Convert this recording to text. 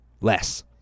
Less